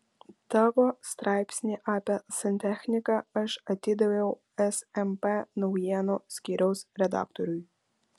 tavo straipsnį apie santechniką aš atidaviau smp naujienų skyriaus redaktoriui